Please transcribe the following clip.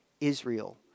Israel